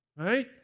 right